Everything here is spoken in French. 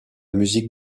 musique